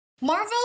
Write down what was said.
Marvel